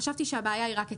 חשבתי שהבעיה היא רק אצלי,